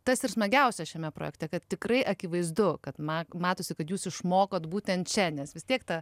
tas ir smagiausia šiame projekte kad tikrai akivaizdu kad ma matosi kad jūs išmokot būtent čia nes vis tiek ta